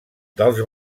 dels